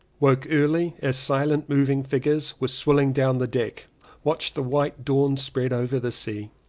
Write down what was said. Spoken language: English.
woke early as silent moving figures were swilling down the deck watched the white dawn spread over the sea.